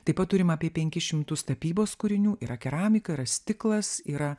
taip pat turim apie penkis šimtus tapybos kūrinių yra keramika yra stiklas yra